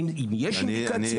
אם יש אינדיקציות או אין אינדיקציות.